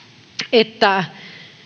että